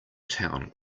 town